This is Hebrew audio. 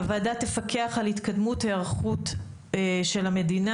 הוועדה תפקח על התקדמות ההיערכות של המדינה.